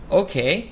okay